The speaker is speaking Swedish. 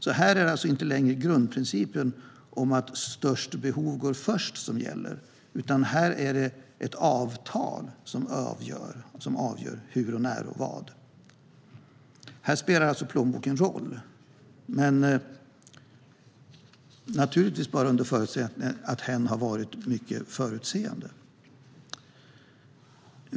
Här är det alltså inte längre grundprincipen om att störst behov går först som gäller, utan här är det ett avtal som avgör hur, när och vad. Här spelar alltså plånboken roll, men naturligtvis bara under förutsättning att den enskilde har varit mycket förutseende.